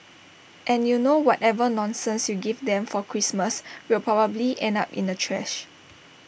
and you know whatever nonsense you give them for Christmas will probably end up in the trash